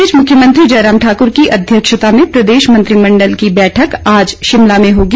इस बीच मुख्यमंत्री जयराम ठाक्र की अध्यक्षता में प्रदेश मंत्रिंडल की बैठक आज शिमला में होगी